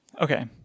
Okay